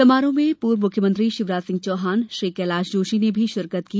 समारोह में पूर्व मुख्यमंत्री शिवराज सिंह चौहान श्री कैलाश जोशी ने भी शिरकत की